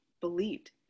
believed